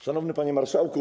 Szanowny Panie Marszałku!